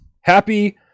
happy